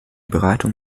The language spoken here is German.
beratung